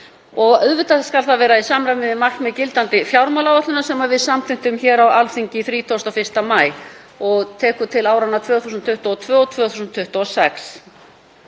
og auðvitað skal það vera í samræmi við markmið gildandi fjármálaáætlunar sem við samþykktum hér á Alþingi 31. maí og tekur til áranna 2022–2026.